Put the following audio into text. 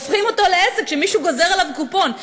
הופכים אותו לעסק שמישהו גוזר עליו קופון.